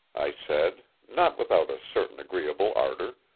i said, not without a certain agreeable ardor,